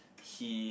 he